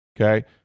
okay